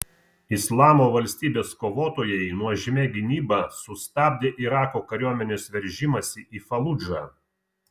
islamo valstybės kovotojai nuožmia gynyba sustabdė irako kariuomenės veržimąsi į faludžą